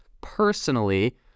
Personally